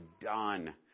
done